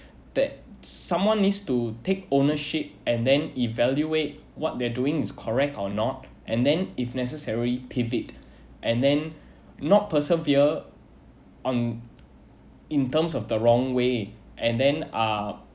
that someone needs to take ownership and then evaluate what they're doing is correct or not and then if necessary pivot and then not persevere on in terms of the wrong way and then uh